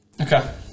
Okay